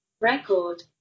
Record